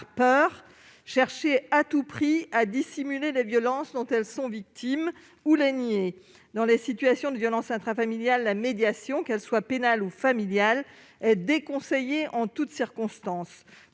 peur, chercher à tout prix à dissimuler les violences dont elles sont victimes ou les nier. Dans les situations de violences intrafamiliales, la médiation, qu'elle soit pénale ou familiale, est déconseillée en toutes circonstances.